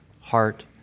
heart